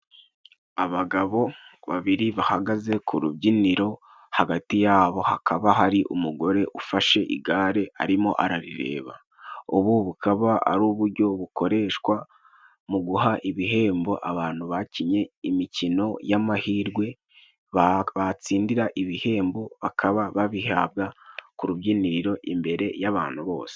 Abagabo babiri bahagaze ku rubyiniro hagati yabo hakaba hari umugore ufashe igare arimo ararireba. Ubu bukaba ari uburyo bukoreshwa mu guha ibihembo abantu bakinnye imikino y'amahirwe, batsindira ibihembo bakaba babihabwa ku rubyiniro imbere y'abantu bose.